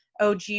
OG